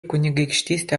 kunigaikštystė